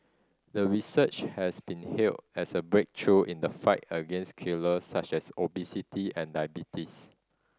the research has been hailed as a breakthrough in the fight against killers such as obesity and diabetes